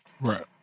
Right